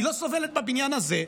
היא לא סובלת בבניין הזה,